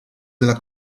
della